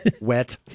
wet